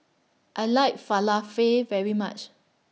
I like Falafel very much